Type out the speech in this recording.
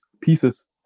pieces